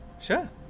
Sure